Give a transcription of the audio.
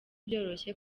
byoroshye